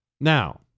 Now